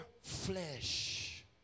flesh